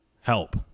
help